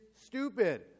stupid